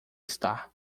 está